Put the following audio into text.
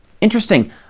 interesting